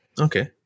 Okay